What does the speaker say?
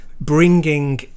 bringing